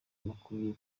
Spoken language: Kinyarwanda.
amakuru